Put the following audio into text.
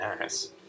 Nice